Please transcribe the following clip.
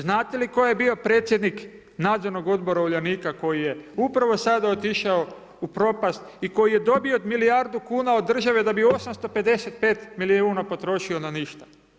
Znate li tko je bio predsjednik nadzornog odbora Uljanika, koji je upravo sada otišao u propast i koji je dobio milijardu kuna od države da bi 855 milijuna potrošio na ništa.